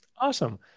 Awesome